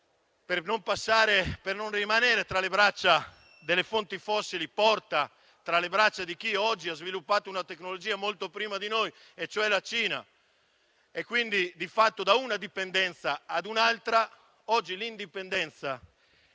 per non rimanere sulle fonti fossili, porta tra le braccia di chi oggi ha sviluppato una tecnologia molto prima di noi, e cioè la Cina, facendo di fatto passare da una dipendenza ad un'altra. Oggi l'indipendenza